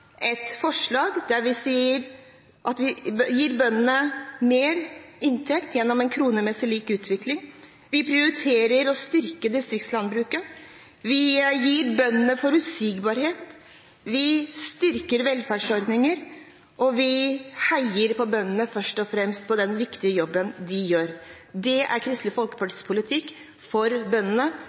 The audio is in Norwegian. et forslag der vi sier at vi gir bøndene mer inntekt gjennom en kronemessig lik utvikling. Vi prioriterer å styrke distriktslandbruket, vi gir bøndene forutsigbarhet, vi styrker velferdsordninger, og vi heier på bøndene først og fremst for den viktige jobben de gjør. Det er Kristelig Folkepartis politikk for bøndene.